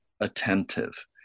attentive